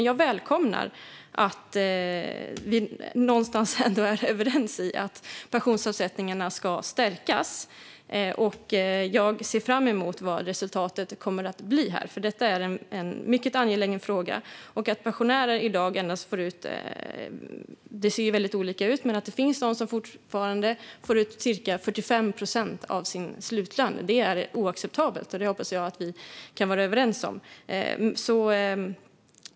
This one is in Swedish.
Jag välkomnar att vi någonstans ändå är överens om att pensionsavsättningarna ska stärkas, och jag ser fram emot att få se vad resultatet blir. Detta är en mycket angelägen fråga. Det ser ju väldigt olika ut vad pensionärer får ut i dag, men att det finns de som fortfarande får ut cirka 45 procent av sin slutlön är oacceptabelt. Det hoppas jag att vi kan vara överens om.